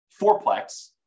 fourplex